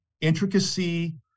intricacy